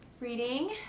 reading